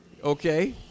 Okay